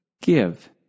Give